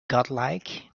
godlike